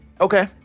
Okay